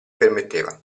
permetteva